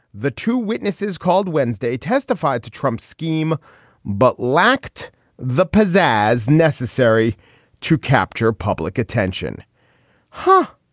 the two witnesses called wednesday testified to trump's scheme but lacked the pizzazz necessary to capture public attention huh.